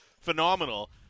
phenomenal